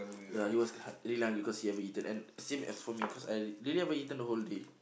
ya he was because he haven't eaten and same as for me cause I really haven't eaten the whole day